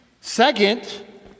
Second